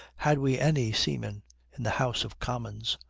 had we any seamen in the house of commons.